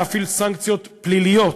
אפשר להפעיל סנקציות פליליות